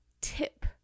tip